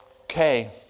Okay